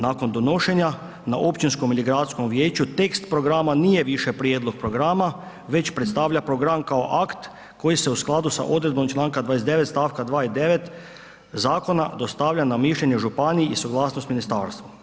Nakon donošenja, na općinskom ili gradskom vijeću tekst programa nije više prijedlog programa već predstavlja program kao akt koji se u skladu sa odredbom čl. 29. stavka 2. i 9. zakona dostavlja na mišljenje županiji i suglasnost ministarstvu.